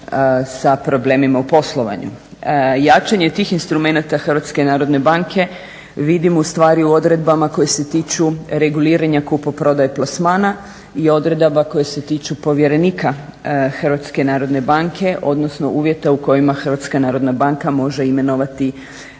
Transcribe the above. sa problemima u poslovanju. Jačanje tih instrumenata HNB-a vidimo ustvari u odredbama koje se tiču reguliranja kupoprodaje plasmana i odredbi koje se tiču povjerenika HNB-a, odnosno uvjeta u kojima HNB može imenovati